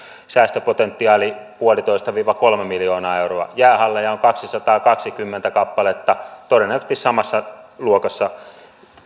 säästöpotentiaali yksi pilkku viisi kolme miljoonaa euroa jäähalleja on kaksisataakaksikymmentä kappaletta todennäköisesti samassa luokassa